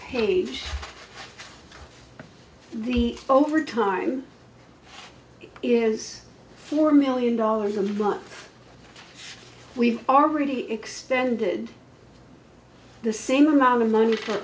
of the overtime is four million dollars a month we've already extended the same amount of money for